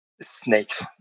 snakes